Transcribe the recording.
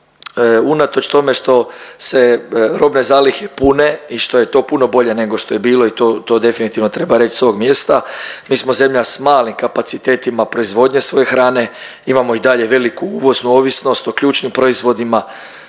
unatoč tome što se robne zalihe pune i što je to puno bolje nego što je bilo i to definitivno treba reć s ovog mjesta, mi smo zemlja s malim kapacitetima proizvodnje svoje hrane, imamo i dalje veliku uvoznu ovisnost o ključnim proizvodima